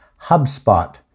HubSpot